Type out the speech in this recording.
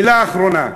מילה אחרונה.